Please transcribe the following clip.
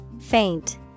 Faint